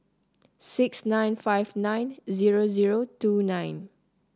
six nine five nine zero zero two nine